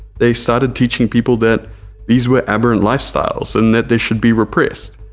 they started teaching people that these were aberrant lifestyles and that they should be repressed,